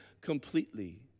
completely